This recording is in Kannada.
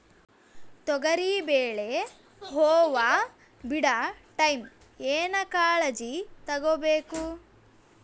ತೊಗರಿಬೇಳೆ ಹೊವ ಬಿಡ ಟೈಮ್ ಏನ ಕಾಳಜಿ ತಗೋಬೇಕು?